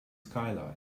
skylight